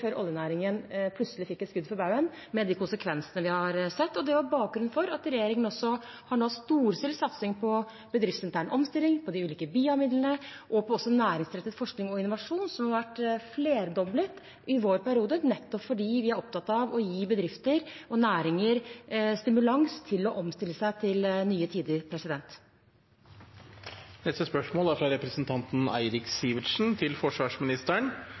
før oljenæringen plutselig fikk et skudd for baugen, med de konsekvensene vi har sett. Det var bakgrunnen for at regjeringen nå også har storstilt satsing på bedriftsintern omstilling, på de ulike BIA-midlene og også på næringsrettet forskning og innovasjon, som har vært flerdoblet i vår periode, nettopp fordi vi er opptatt av å gi bedrifter og næringer stimulans til å omstille seg til nye tider. Dette spørsmålet, fra representanten Eirik Sivertsen til forsvarsministeren,